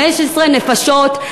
15 נפשות,